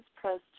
Press